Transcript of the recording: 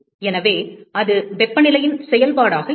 எனவே அது வெப்பநிலையின் செயல்பாடாக இருக்கும்